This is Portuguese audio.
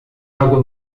água